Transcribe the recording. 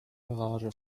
garage